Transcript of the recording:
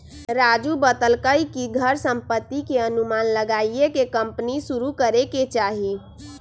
राजू बतलकई कि घर संपत्ति के अनुमान लगाईये के कम्पनी शुरू करे के चाहि